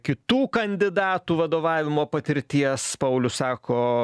kitų kandidatų vadovavimo patirties paulius sako